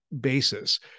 basis